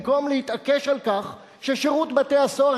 במקום להתעקש על כך ששירות בתי-הסוהר